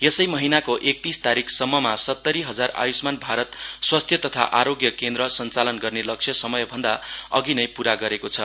यसै महिनाको एकतीस तारिकसम्ममा सत्तरी हजार आयुषमान भारत स्वास्थ्य तथा आरोग्य केन्द्र सञ्चालन गर्ने लक्ष्य समय भन्दा अधि नै पूरा गरेको छ